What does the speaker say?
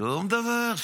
שום דבר.